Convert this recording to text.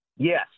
Yes